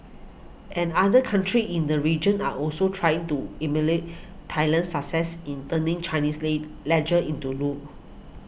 and other countries in the region are also trying to emulate Thailand's success in turning Chinese lay leisure into loot